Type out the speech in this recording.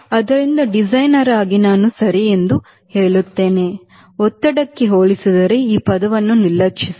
ಆದ್ದರಿಂದ ಡಿಸೈನರ್ ಆಗಿ ನಾನು ಸರಿ ಎಂದು ಹೇಳುತ್ತೇನೆ ಒತ್ತಡಕ್ಕೆ ಹೋಲಿಸಿದರೆ ಈ ಪದವನ್ನು ನಿರ್ಲಕ್ಷಿಸೋಣ